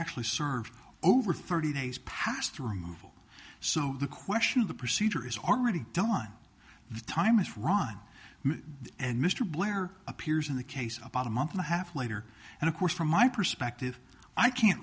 actually served over thirty days pass through removal so the question of the procedure is already done the time is run and mr blair appears in the case about a month and a half later and of course from my perspective i can't